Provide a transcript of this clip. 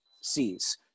sees